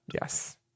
Yes